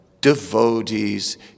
devotees